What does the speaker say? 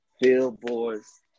billboard's